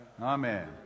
Amen